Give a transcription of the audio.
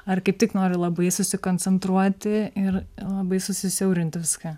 ar kaip tik nori labai susikoncentruoti ir labai susisiaurinti viską